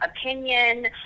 opinion